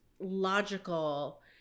logical